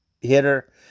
hitter